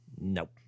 nope